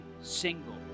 single